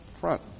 front